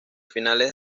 finales